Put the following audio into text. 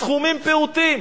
סכומים פעוטים,